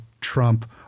Trump